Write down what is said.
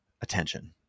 attention